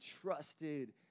trusted